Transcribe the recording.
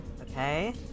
Okay